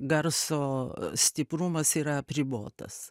garso stiprumas yra apribotas